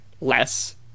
less